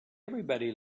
everybody